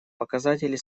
показатели